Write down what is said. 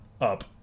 up